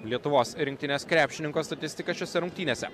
lietuvos rinktinės krepšininko statistika šiose rungtynėse